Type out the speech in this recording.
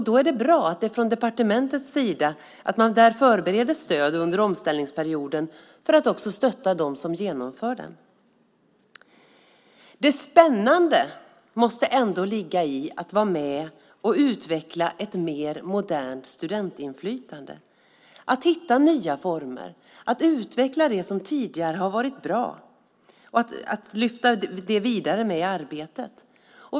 Då är det bra att det från departementets sida förbereds stöd under omställningsperioden för att stötta dem som genomför den. Det spännande måste ändå ligga i att vara med och utveckla ett mer modernt studentinflytande, att hitta nya former och utveckla det som tidigare har varit bra och lyfta det vidare med i arbetet.